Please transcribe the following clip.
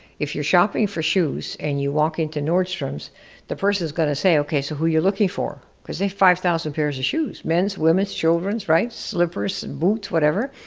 if you're shopping for shoes and you walk into nordstrom's the person's gonna say, okay, so who're you looking for? cause they've five thousand pairs of shoes. men's, women's, children's, right? slipper so and boots and whatever.